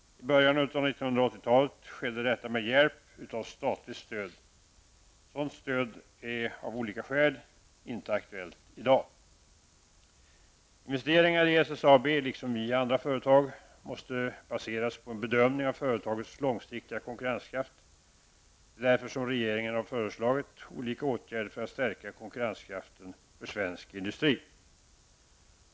I början av 1980-talet skedde detta med hjälp av statligt stöd. Sådant stöd är av olika skäl inte aktuellt i dag. Investeringar i SSAB -- liksom i andra företag -- måste baseras på en bedömning av företagets långsiktiga konkurrenskraft. Det är därför som regeringen har föreslagit olika åtgärder för att stärka konkurrenskraften för svensk industri.